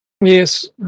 Yes